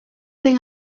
thing